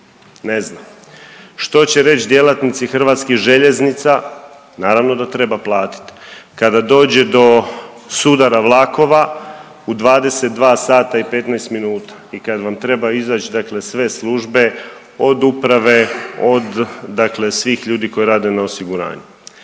ne znam. Što će reć djelatnici Hrvatskih željeznica, naravno da treba platit, kada dođe do sudara vlakova u 22 sata i 15 minuta i kad vam treba izać dakle sve službe od uprave, od dakle svih ljudi koji rade na osiguranju.